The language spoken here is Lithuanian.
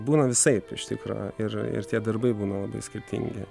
būna visaip iš tikro ir ir tie darbai būna skirtingi